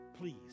please